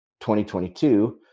2022